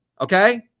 Okay